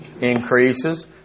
Increases